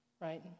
right